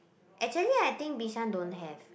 actually I think Bishan don't have